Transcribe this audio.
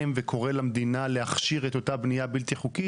וקורא למדינה להכשיר את אותה בנייה בלתי חוקית?